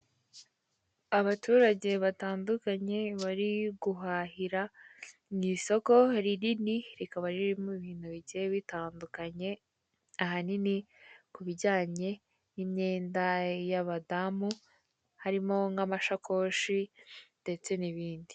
Abaturage batandukanye bari guhahira mu isoko rinini, rikaba ririmo ibintu bigiye bitandukanye ahanini ku bijyanye n' imyenda y'abadamu harimo nk'amashakoshi ndetse n'ibindi.